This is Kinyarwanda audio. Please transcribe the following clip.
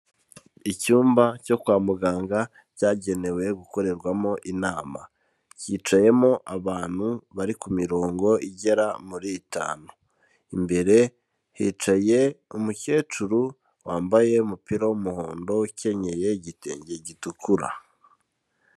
Icyumba cyo kwa muganga cyagenewe gukorerwamo inama, cyicayemo abantu bari ku mirongo igera muri itanu, imbere hicaye umukecuru wambaye umupira w'umuhondo ukenyeye igitenge gitukura.